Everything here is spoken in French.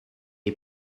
est